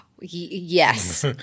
yes